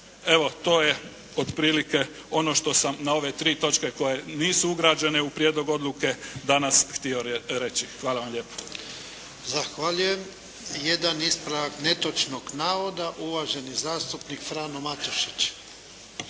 Evo, to je otprilike ono što sam na ove tri točke koje nisu ugrađene u prijedlog odluke danas htio reći. Hvala vam lijepa. **Jarnjak, Ivan (HDZ)** Zahvaljujem. Jedan ispravak netočnog navoda uvaženi zastupnik Frano Matušić.